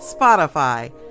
Spotify